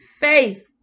faith